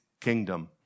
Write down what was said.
kingdom